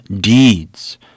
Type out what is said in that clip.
deeds